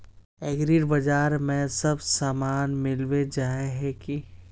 एग्रीबाजार में सब सामान मिलबे जाय है की?